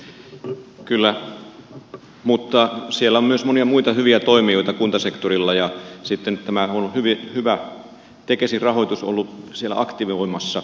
kyllä mutta siellä on myös monia muita hyviä toimijoita kuntasektorilla ja tämä tekesin rahoitus on ollut siellä aktivoimassa